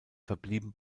verblieben